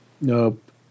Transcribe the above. nope